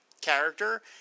character